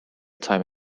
time